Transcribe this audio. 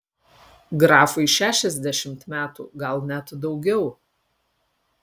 grafui šešiasdešimt metų gal net daugiau